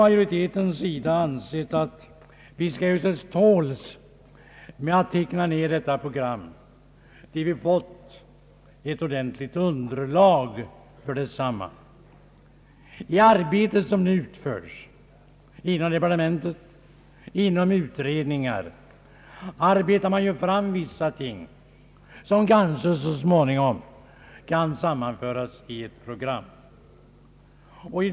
Majoriteten har ansett att vi bör ge oss till tåls med att teckna ned detta program till dess vi fått ett ordentligt underlag för detsamma. Vad som nu arbetas fram inom departementet och i olika utredningar kan kanske så småningom sammanföras i ett program.